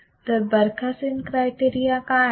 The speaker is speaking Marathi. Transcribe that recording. तर बरखासेन क्रायटेरिया काय आहे